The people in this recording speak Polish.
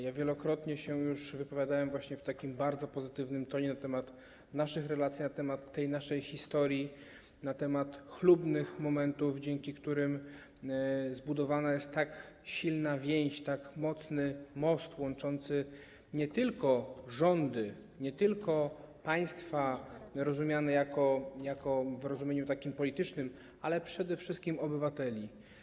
Ja wielokrotnie się już wypowiadałem w takim bardzo pozytywnym tonie na temat naszych relacji, na temat naszej historii, na temat jej chlubnych momentów, dzięki którym zbudowana jest tak silna więź, tak mocny most łączący nie tylko rządy, nie tylko państwa w rozumieniu politycznym, ale przede wszystkim obywateli.